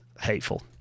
hateful